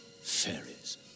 Fairies